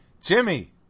Jimmy